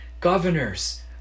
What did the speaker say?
Governors